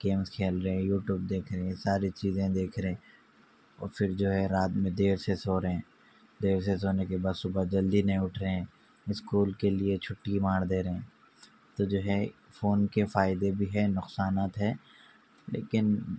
games کھیل رہے YouTube دیکھ رہے ساری چیزیں دیکھ رہے اور پھر جو ہے رات میں دیر سے سو رہے ہیں دیر سے سونے کے بعد صبح جلدی نہیں اٹھ رہے ہیں اسکول کے لیے چھٹی مار دے رہے ہیں تو جو ہے فون کے فائدے بھی ہیں نقصانات ہیں لیکن